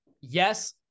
Yes